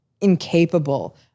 incapable